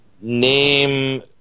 name